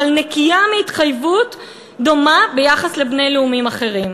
אבל היא נקייה מהתחייבות דומה ביחס לבני לאומים אחרים.